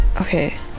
Okay